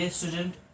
student